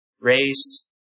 raised